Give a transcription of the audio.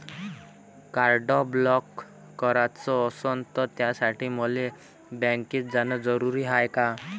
Card block कराच असनं त त्यासाठी मले बँकेत जानं जरुरी हाय का?